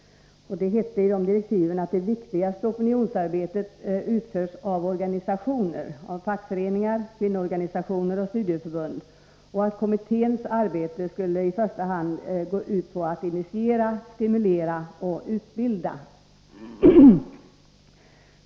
Det hette i direktiven att det viktigaste opinionsarbetet utförs av organisationer — fackföreningar, kvinnoorganisationer och studieförbund — och att kommitténs arbete i första hand skall gå ut på att initiera, stimulera och utbilda.